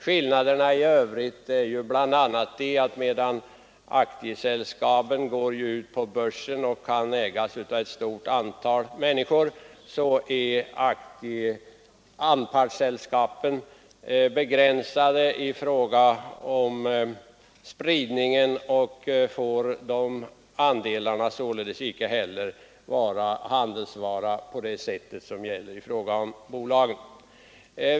En annan skillnad är att medan aktieselskab går ut på börsen och kan ägas av ett stort antal människor är anpartsselskab begränsade när det gäller ägarspridningen, och andelarna får alltså inte heller vara handelsvara på samma sätt som i fråga om aktieselskab.